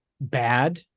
bad